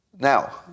Now